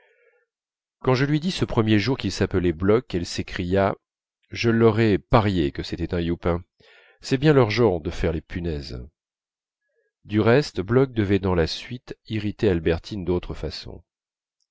quand je lui dis ce premier jour qu'il s'appelait bloch elle s'écria je l'aurais parié que c'était un youpin c'est bien leur genre de faire les punaises du reste bloch devait dans la suite irriter albertine d'autre façon